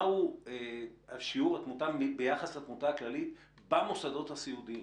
מה הוא שיעור התמותה ביחס לתמותה הכללית במוסדות הסיעודיים?